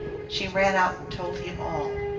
she ran out and told him all.